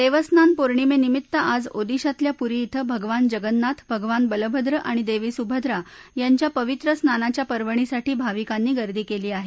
देवस्नान पौर्णिमेनिमित्त आज ओदिशातल्या पुरी क्षें भगवान जगन्नाथ भगवान बलभद्र आणि देवी सुभद्रा यांच्या पवित्र स्नानाच्या पर्वणीसाठी भाविकांनी गर्दी केली आहे